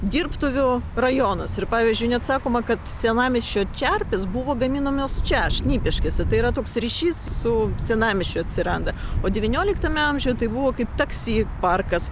dirbtuvių rajonas ir pavyzdžiui net sakoma kad senamiesčio čerpės buvo gaminamos čia šnipiškėse tai yra toks ryšys su senamiesčiu atsiranda o devynioliktame amžiuje tai buvo kaip taksi parkas